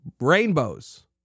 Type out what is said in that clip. rainbows